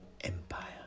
empire